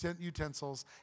utensils